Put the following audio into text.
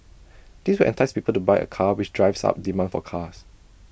this will entice people to buy A car which drives up demand for cars